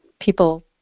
people